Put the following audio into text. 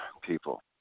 people